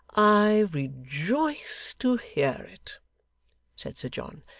i rejoice to hear it said sir john.